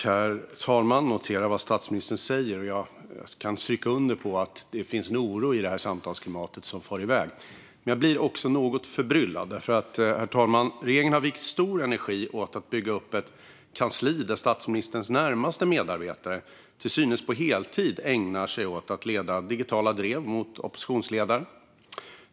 Herr talman! Jag noterar vad statsministern säger. Jag kan skriva under på att det finns en oro i samtalsklimatet som far iväg. Men jag blir också något förbryllad, herr talman. Regeringen har lagt stor energi på att bygga upp ett kansli där statsministerns närmaste medarbetare till synes på heltid ägnar sig åt att leda digitala drev mot oppositionsledaren.